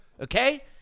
Okay